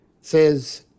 says